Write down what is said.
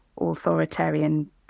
authoritarian